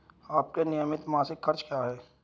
आपके नियमित मासिक खर्च क्या हैं?